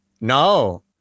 no